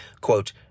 quote